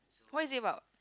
what is it about